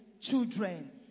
children